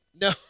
No